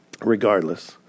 Regardless